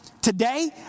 Today